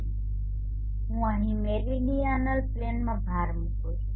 ચાલો હું અહીં મેરીડીઅનલ પ્લેન માં ભાર મૂકું છું